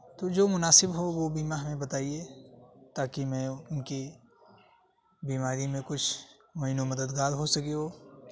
تو جو مناسب ہو وہ بیمہ ہمیں بتائیے تاکہ میں ان کی بیماری میں کچھ معین و مددگار ہو سکے وہ